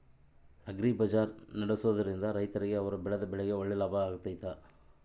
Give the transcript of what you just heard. Agri ಬಜಾರ್ ನಡೆಸ್ದೊರಿಂದ ರೈತರಿಗೆ ಅವರು ಬೆಳೆದ ಬೆಳೆಗೆ ಒಳ್ಳೆ ಲಾಭ ಆಗ್ತೈತಾ?